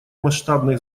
масштабных